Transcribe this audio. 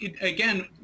again